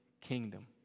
kingdom